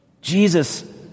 Jesus